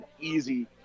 easy